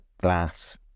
glass